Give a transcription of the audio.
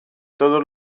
todos